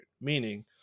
meaning